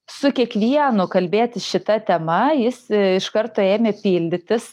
su kiekvienu kalbėtis šita tema jis iš karto ėmė pildytis